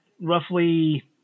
roughly